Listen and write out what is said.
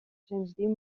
sindsdien